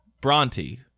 Bronte